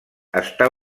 està